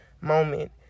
moment